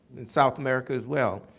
and south america, as well.